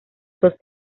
dos